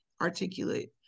articulate